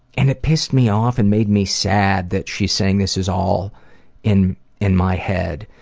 and it pissed me off and made me sad that she's saying this is all in in my head.